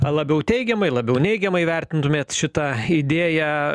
labiau teigiamai labiau neigiamai vertintumėt šitą idėją